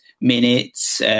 minutes